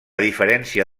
diferència